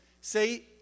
say